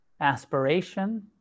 aspiration